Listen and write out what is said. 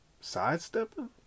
sidestepping